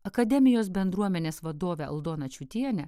akademijos bendruomenės vadovę aldoną čiūtienę